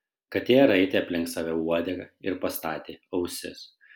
katė raitė aplink save uodegą ir pastatė ausis